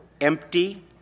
empty